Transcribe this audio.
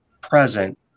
present